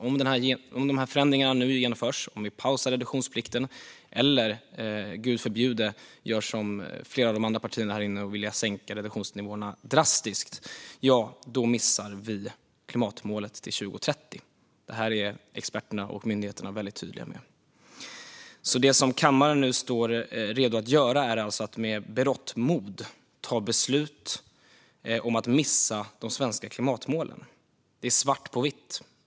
Om de här förändringarna nu genomförs - om vi pausar reduktionsplikten eller om vi, Gud förbjude, gör som flera av de andra partierna här inne vill och sänker reduktionsnivåerna drastiskt - missar vi klimatmålet till 2030. Det är experterna och myndigheterna väldigt tydliga med. Det som kammaren nu står redo att göra är alltså att med berått mod ta beslut om att missa de svenska klimatmålen. Det är svart på vitt.